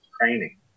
training